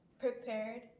prepared